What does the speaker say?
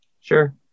Sure